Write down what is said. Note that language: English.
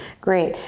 great,